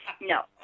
No